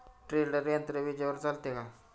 Tedder यंत्र विजेवर चालते का?